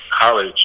college